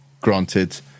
granted